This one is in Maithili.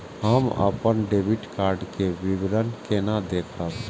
हम अपन डेबिट कार्ड के विवरण केना देखब?